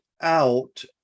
out